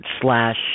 slash